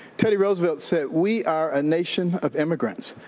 teddy roosevelt said, we are a nation of immigrants.